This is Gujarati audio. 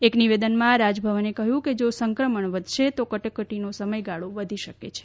એક નિવેદનમાં રાજભવને કહ્યું કે જો સંક્રમણ વધશે તો કટોકટીનો સમયગાળો વધી શકે છે